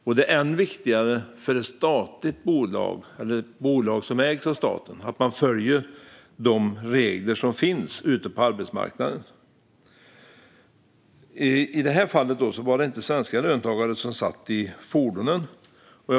Och det är än viktigare för ett bolag som ägs av staten att man följer de regler som finns ute på arbetsmarknaden. I det här fallet var det inte svenska löntagare som satt i fordonen.